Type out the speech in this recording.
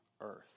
earth